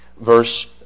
verse